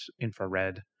infrared